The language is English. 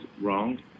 wrong